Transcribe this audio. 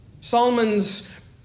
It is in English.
Solomon's